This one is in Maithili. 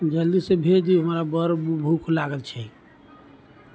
जल्दीसँ भेजू हमरा बड़ भूख लागल छै